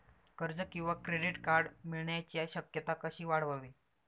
कर्ज किंवा credit card मिळण्याची शक्यता कशी वाढवावी?